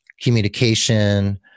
communication